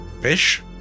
fish